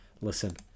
listen